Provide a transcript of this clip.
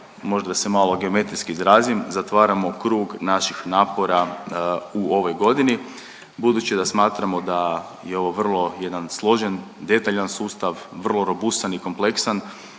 možda da se malo geometrijski izrazim, zatvaramo krug naših napora u ovoj godini budući da smatramo da je ovo vrlo jedan složen i detaljan sustav, vrlo robusan i kompleksan